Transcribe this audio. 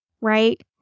right